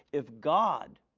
if god